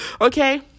Okay